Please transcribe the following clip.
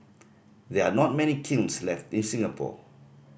there are not many kilns left in Singapore